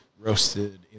roasted